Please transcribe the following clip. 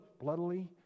bloodily